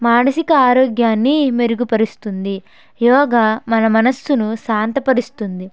మానసిక ఆరోగ్యాన్ని మెరుగుపరుస్తుంది యోగ మన మనసును శాంత పరుస్తుంది